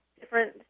different –